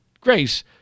Grace